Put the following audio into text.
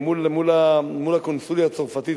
מול הקונסוליה הצרפתית,